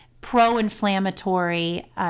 pro-inflammatory